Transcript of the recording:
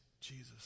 Jesus